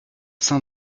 sein